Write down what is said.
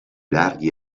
dargli